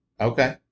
Okay